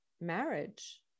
marriage